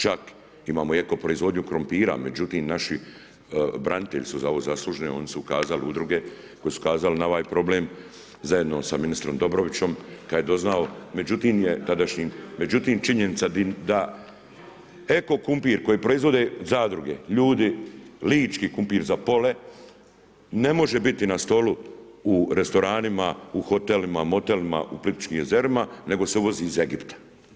Čak imamo i eko proizvodnju krumpira, međutim, naši branitelji su za ovo zaslužni, oni su ukazali udruge, koji su ukazali na ovaj problem, zajedno sa ministrom Dobrovićem, kad je doznao, međutim, činjenica da eko krumpir koji proizvode zadruge, ljudi, lički krumpir za pole, ne može biti na stolu u restoranima, u hotelima, motelima u Plitvičkim Jezerima, nego se uvozi iz Egipta.